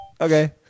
Okay